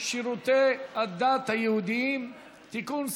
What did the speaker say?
שירותי הדת היהודיים (תיקון,